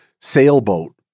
sailboat